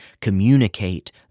communicate